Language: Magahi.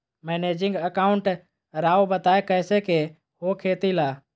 मैनेजिंग अकाउंट राव बताएं कैसे के हो खेती ला?